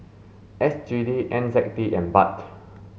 S G D N Z D and Baht